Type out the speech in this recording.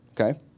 okay